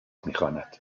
میخواند